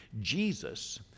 Jesus